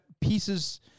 pieces